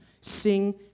Sing